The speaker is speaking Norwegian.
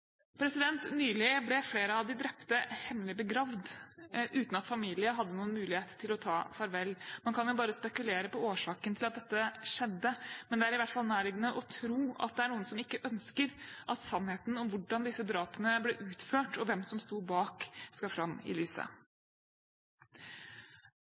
Nylig ble flere av de drepte hemmelig begravd uten at familie hadde noen mulighet til å ta farvel. Man kan bare spekulere i årsaken til at dette skjedde, men det er i hvert fall nærliggende å tro at det er noen som ikke ønsker at sannheten om hvordan disse drapene ble utført og hvem som sto bak, skal fram i lyset.